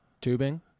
tubing